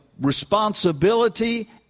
responsibility